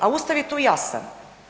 A Ustav je tu jasan.